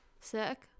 Sick